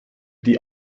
die